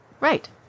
Right